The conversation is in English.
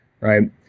right